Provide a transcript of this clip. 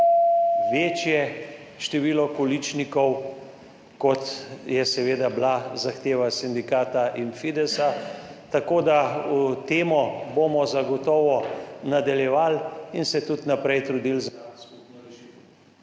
večje število količnikov, kot je seveda bila zahteva sindikata in Fides. Tako da bomo temo zagotovo nadaljevali in se tudi naprej trudili za skupno rešitev.